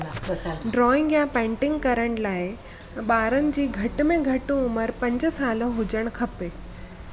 drawing या painting करण लाइ ॿारनि जी घटि में घटि उमिरि पंज साल हुजणु खपे